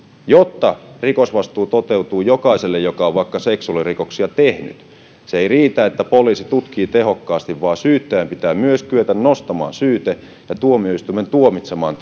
jotta rikosvastuu toteutuu jokaiselle joka on vaikka seksuaalirikoksia tehnyt se ei riitä että poliisi tutkii tehokkaasti vaan syyttäjän pitää myös kyetä nostamaan syyte ja tuomioistuimen tuomitsemaan